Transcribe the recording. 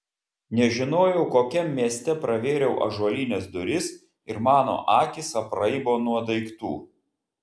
nežinojau kokiam mieste pravėriau ąžuolines duris ir mano akys apraibo nuo daiktų